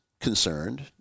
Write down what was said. concerned